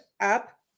up